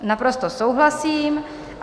Naprosto souhlasím.